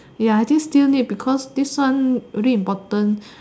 ya I think still need because this one very important